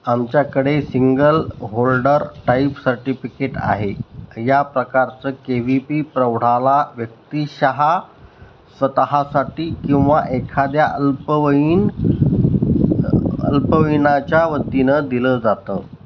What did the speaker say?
आमच्याकडे single holder type certificate आहे या प्रकारचं के वी पी प्रौढाला व्यक्तिशः स्वतःसाठी किंवा एखाद्या अल्पवयीन अल्पवयीनाच्या वतीनं दिलं जातं